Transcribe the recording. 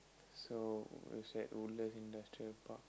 so it's at Woodlands Industrial Park